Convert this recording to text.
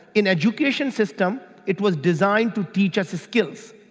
an education system, it was designed to teach us the skills.